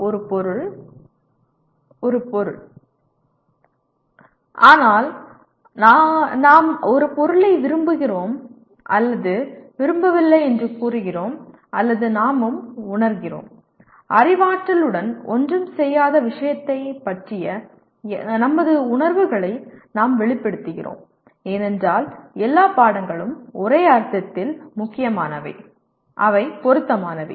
ஒரு பொருள் ஒரு பொருள் ஆனால் நாம் ஒரு பொருளை விரும்புகிறோம் அல்லது விரும்பவில்லை என்று கூறுகிறோம் அல்லது நாமும் உணர்கிறோம் அறிவாற்றலுடன் ஒன்றும் செய்யாத விஷயத்தைப் பற்றிய எங்கள் உணர்வுகளை நாங்கள் வெளிப்படுத்துகிறோம் ஏனென்றால் எல்லா பாடங்களும் ஒரே அர்த்தத்தில் முக்கியமானவை அவை பொருத்தமானவை